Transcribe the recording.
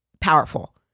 powerful